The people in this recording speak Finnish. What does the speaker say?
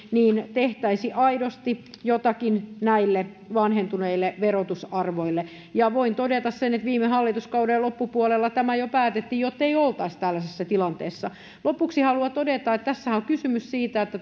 tehtäisiin aidosti jotakin näille vanhentuneille verotusarvoille ja voin todeta sen että viime hallituskauden loppupuolella tämä jo päätettiin jottei oltaisi tällaisessa tilanteessa lopuksi haluan todeta että tässähän on kysymys siitä että